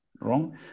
wrong